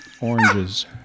oranges